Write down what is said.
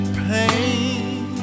pain